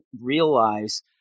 realize